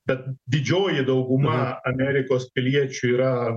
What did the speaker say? bet didžioji dauguma amerikos piliečių yra